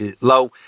low